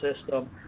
system